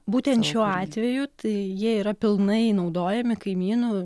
būtent šiuo atveju tai jie yra pilnai naudojami kaimynų